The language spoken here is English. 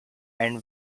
and